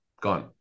Gone